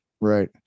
right